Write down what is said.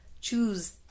choose